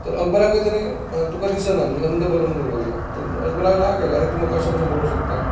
तर अकबराकय ताणें तुका दिसना म्हण अंध बरोवन दवरलां तर अकबराक राग आयलो आरें तूं म्हाका अशें कशें बरोवंक शकता